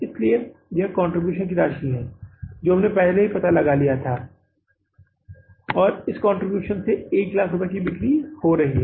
इसलिए यह कंट्रीब्यूशन की राशि है जो हमने पहले ही पता लगा लिया है और इस कंट्रीब्यूशन से 100000 रुपये की बिक्री हो रही है